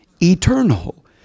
eternal